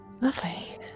Lovely